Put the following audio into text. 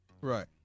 Right